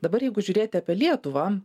dabar jeigu žiūrėti apie lietuvą